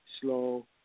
slow